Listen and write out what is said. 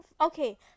Okay